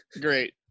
Great